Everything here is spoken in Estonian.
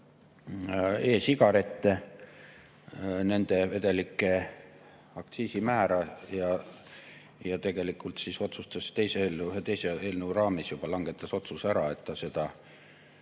e‑sigarette, nende vedelike aktsiisimäära, ja tegelikult ühe teise eelnõu raames juba langetas otsuse, et ta seda